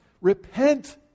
repent